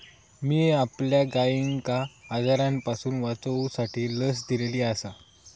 मी आपल्या गायिंका आजारांपासून वाचवूसाठी लस दिलेली आसा